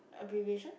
abbreviation